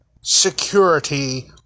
security